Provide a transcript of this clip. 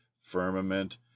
firmament